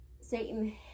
satan